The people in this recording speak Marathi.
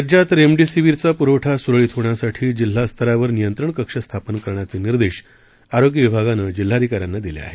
राज्यात रेमडीसीवीरचा पुरवठा सुरळीत होण्यासाठी जिल्हास्तरावर नियंत्रण कक्ष स्थापन करण्याचे निर्देश आरोग्य विभागानं जिल्हाधिकाऱ्यांना दिले आहेत